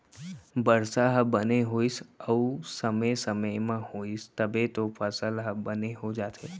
बरसा ह बने होइस अउ समे समे म होइस तब तो फसल ह बने हो जाथे